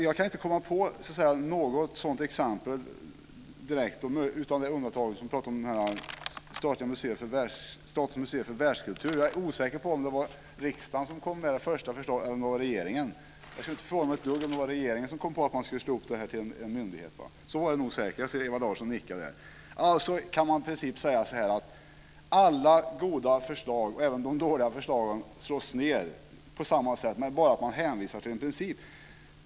Jag kan inte direkt komma på något exempel utom det undantag som man pratade om, Statens museer för världskultur. Jag är osäker på om det var riksdagen som kom med det första förslaget eller om det var regeringen. Det skulle inte förvåna mig ett dugg om det var regeringen som kom på att man skulle slå ihop det här till en myndighet. Så var det säkert - jag ser att Ewa Larsson nickar. Alltså kan man i princip säga så här: Alla goda förslag, och även de dåliga, slås ned på samma sätt genom att man hänvisar till en princip.